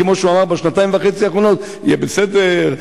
כמו שהוא אמר בשנתיים וחצי האחרונות: יהיה בסדר,